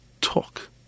Talk